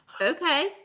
okay